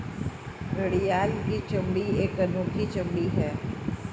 घड़ियाल की चमड़ी एक अनोखी चमड़ी है